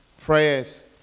prayers